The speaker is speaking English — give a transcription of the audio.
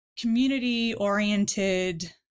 community-oriented